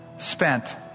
spent